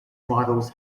models